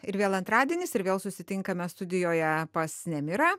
ir vėl antradienis ir vėl susitinkame studijoje pas nemirą